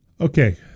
Okay